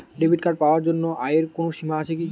Debit card পাওয়ার জন্য আয়ের কোনো সীমা আছে কি?